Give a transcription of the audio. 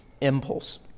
Impulse